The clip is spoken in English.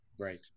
Right